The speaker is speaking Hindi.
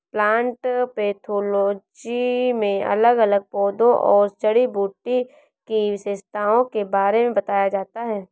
प्लांट पैथोलोजी में अलग अलग पौधों और जड़ी बूटी की विशेषताओं के बारे में बताया जाता है